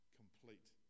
complete